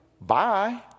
bye